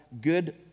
good